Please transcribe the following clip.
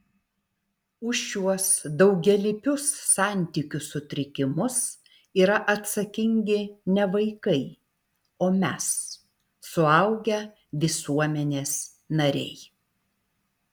už šiuos daugialypius santykių sutrikimus yra atsakingi ne vaikai o mes suaugę visuomenės nariai